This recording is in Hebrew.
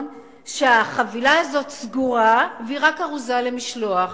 שהחבילה הזו סגורה והיא רק ארוזה למשלוח.